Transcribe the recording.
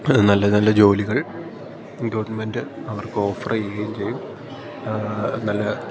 നല്ല നല്ല ജോലികൾ ഗവൺമെൻ്റ് അവർക്ക് ഓഫർ ചെയ്യുകയും ചെയ്യും നല്ല